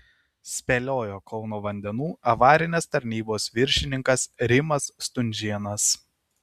spėliojo kauno vandenų avarinės tarnybos viršininkas rimas stunžėnas